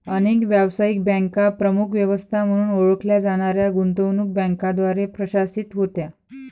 अनेक व्यावसायिक बँका प्रमुख व्यवस्था म्हणून ओळखल्या जाणाऱ्या गुंतवणूक बँकांद्वारे प्रशासित होत्या